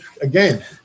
again